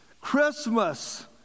Christmas